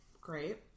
Great